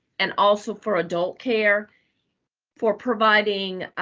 and also for adult care for providing